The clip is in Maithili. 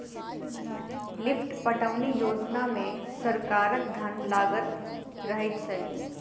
लिफ्ट पटौनी योजना मे सरकारक धन लागल रहैत छै